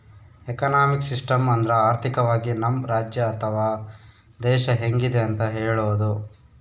economic system ಅಂದ್ರ ಆರ್ಥಿಕವಾಗಿ ನಮ್ ರಾಜ್ಯ ಅಥವಾ ದೇಶ ಹೆಂಗಿದೆ ಅಂತ ಹೇಳೋದು